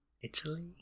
Italy